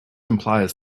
implies